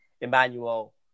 emmanuel